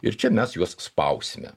ir čia mes juos spausime